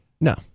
No